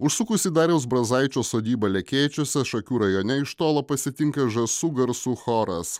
užsukus į dariaus brazaičio sodybą lekėčiuose šakių rajone iš tolo pasitinka žąsų garsų choras